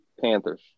Panthers